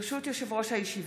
ברשות יושב-ראש הישיבה,